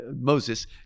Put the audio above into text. Moses